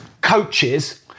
coaches